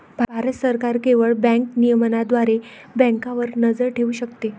भारत सरकार केवळ बँक नियमनाद्वारे बँकांवर नजर ठेवू शकते